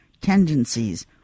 tendencies